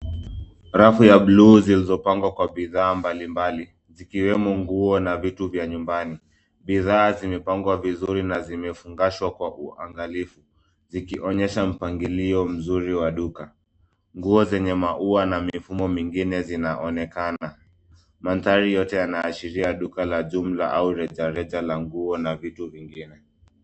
Rafu ya buluu zilizopangwa kwa bidhaa mbalimbali zikiwemo nguo na vitu vya nyumbani ,bidhaa zimepangwa vizuri na zimefungashwa kwa uangaliafu zikionyesha mpangilio mzuri wa duka ,nguo zenye maua na mifumo mingine zinaonekana mandhari yote yanaashiria duka la jumla au rejareja la nguo na vitu vingine.